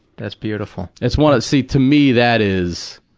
that's beautiful. it's one of the see, to me that is,